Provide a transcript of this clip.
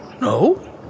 No